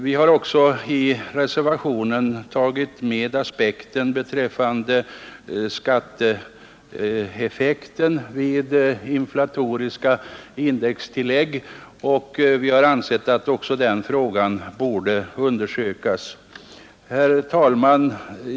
Vi har också i reservationen tagit med aspekten beträffande skatteeffekten vid inflatoriska indextillägg, och vi har ansett att också den frågan borde undersökas. Herr talman!